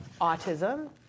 autism